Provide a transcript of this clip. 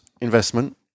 investment